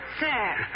Sir